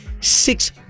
six